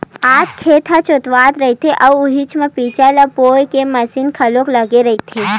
आज खेत ह जोतावत रहिथे अउ उहीच म बीजा ल बोए के मसीन घलोक लगे रहिथे